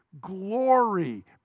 Glory